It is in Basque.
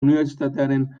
unibertsitatearen